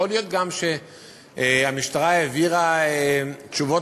יכול להיות גם שהמשטרה העבירה תשובות